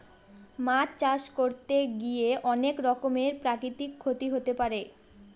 মাছ চাষ করতে গিয়ে অনেক রকমের প্রাকৃতিক ক্ষতি হতে পারে